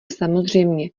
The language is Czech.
samozřejmě